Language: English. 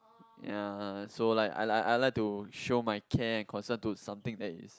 ya so like I I I I like to show my care and concern to something that's